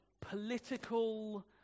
political